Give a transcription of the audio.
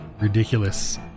ridiculous